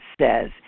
says